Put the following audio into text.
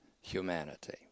humanity